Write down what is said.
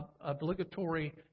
obligatory